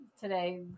today